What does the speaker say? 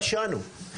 פשענו,